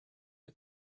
you